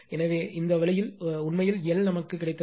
எனவே இந்த வழியில் உண்மையில் எல் நமக்கு கிடைத்தது 2